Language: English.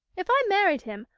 if i married him,